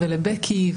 לבקי,